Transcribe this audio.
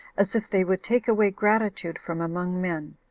as if they would take away gratitude from among men,